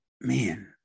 man